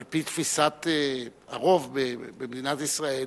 על-פי תפיסת הרוב במדינת ישראל,